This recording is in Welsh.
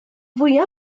fwyaf